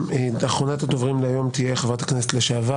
אחרונת הדוברים להיום תהיה חברת הכנסת לשעבר,